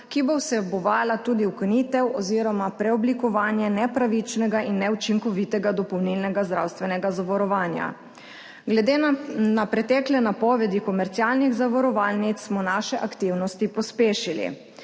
ki bo vsebovala tudi ukinitev oziroma preoblikovanje nepravičnega in neučinkovitega dopolnilnega zdravstvenega zavarovanja. Glede na pretekle napovedi komercialnih zavarovalnic smo svoje aktivnosti pospešili.